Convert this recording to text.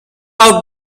out